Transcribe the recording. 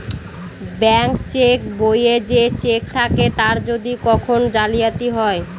bank cheque বইয়ে যে cheque থাকে তার যদি কখন জালিয়াতি হয়